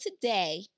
today